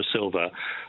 Silva